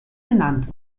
benannt